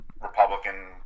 Republican